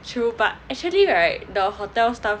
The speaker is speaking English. true but actually right the hotel stuff